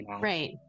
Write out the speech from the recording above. Right